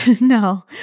no